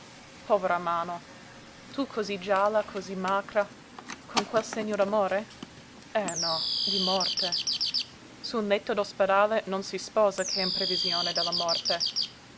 povera mano tu cosí gialla cosí macra con quel segno d'amore eh no di morte su un letto d'ospedale non si sposa che in previsione della morte